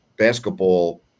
Basketball